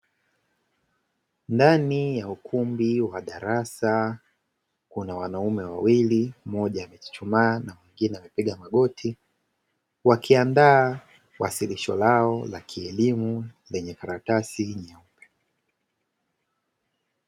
Ndani ya ukumbi wa darasa kuna wanaume wawili mmoja amechuchumaa na mwingine amepiga magoti wakiandaa wasilisho lao la kielimu lenye karatasi nyeupe.